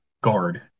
guard